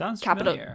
capital